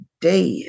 dead